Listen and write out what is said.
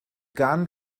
gan